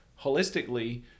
holistically